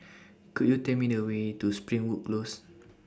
Could YOU Tell Me The Way to Springwood Close